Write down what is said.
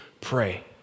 pray